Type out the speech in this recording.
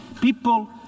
People